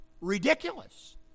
ridiculous